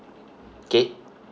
kay